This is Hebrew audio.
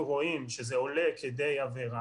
לא נראה לי שיש בעיה.